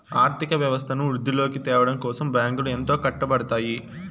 ఆర్థిక వ్యవస్థను వృద్ధిలోకి త్యావడం కోసం బ్యాంకులు ఎంతో కట్టపడుతాయి